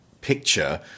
picture